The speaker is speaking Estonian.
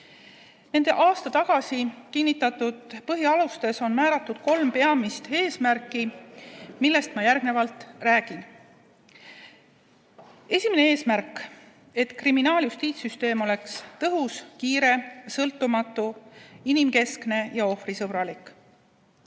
Nendes aasta tagasi kinnitatud põhialustes on määratud kolm peamist eesmärki, millest ma järgnevalt räägin. Esimene eesmärk: et kriminaaljustiitssüsteem oleks tõhus, kiire, sõltumatu, inimkeskne ja ohvrisõbralik.